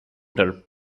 their